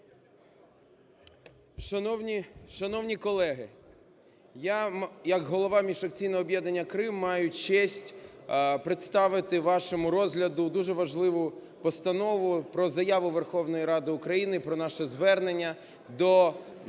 Шановні колеги, я як голова міжфракційного об'єднання "Крим" маю честь представити вашому розгляду дуже важливу Постанову про Заяву Верховної Ради України про наше звернення до